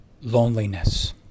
Loneliness